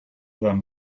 then